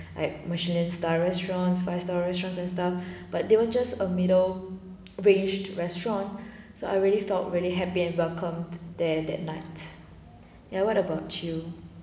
like michelin star restaurants five star restaurants and stuff but they were just a middle range restaurant so I really felt really happy and welcomed there that night ya what about you